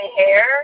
hair